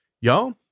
Y'all